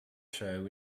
show